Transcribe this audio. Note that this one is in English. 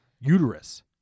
uterus